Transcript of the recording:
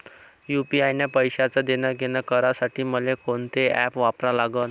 UPI न पैशाचं देणंघेणं करासाठी मले कोनते ॲप वापरा लागन?